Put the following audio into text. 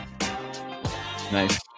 Nice